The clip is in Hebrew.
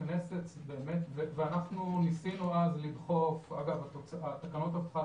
אנחנו ניסינו אז לדחוף ואגב התקנות לאבטחת